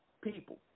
people